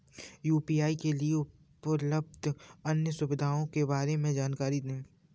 UPI के लिए उपलब्ध अन्य सुविधाओं के बारे में जानकारी दें?